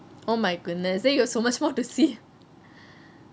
oh my goodness then you got so much more to see